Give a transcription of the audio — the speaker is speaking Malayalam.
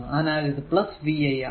അതിനാൽ ഇത് vi ആണ്